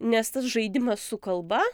nes tas žaidimas su kalba